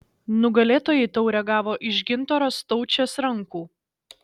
nugalėtojai taurę gavo iš gintaro staučės rankų